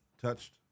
touched